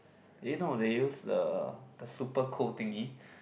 eh no they use the the super cold thingy